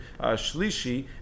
shlishi